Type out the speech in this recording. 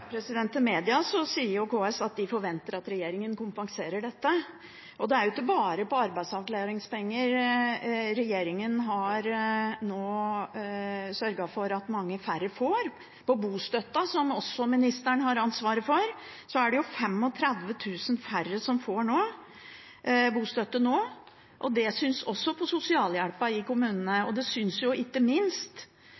Til media sier KS at de forventer at regjeringen kompenserer dette. Det er ikke bare når det gjelder arbeidsavklaringspenger at regjeringen nå har sørget for at mange færre får. Når det gjelder bostøtten, som kommunalministeren også har ansvaret for, er det 35 000 færre som får bostøtte nå. Det synes også på sosialhjelpen i kommunene.